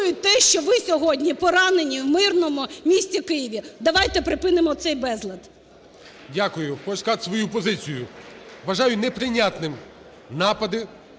Дякую. Хочу сказати свою позицію. Вважаю неприйнятним напади